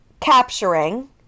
capturing